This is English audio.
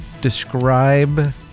describe